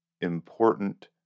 important